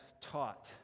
taught